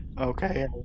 Okay